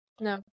No